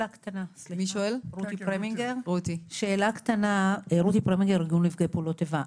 רותי פרמינגר, ארגון נפגעי פעולות האיבה.